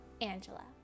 Angela